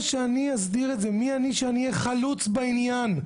מי אני שאהיה חלוץ בעניין?